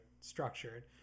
structured